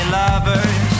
lovers